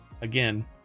again